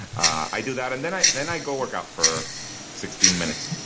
i do that and then i then i go work out for sixteen minutes.